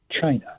China